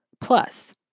plus